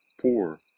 poor